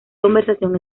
conversación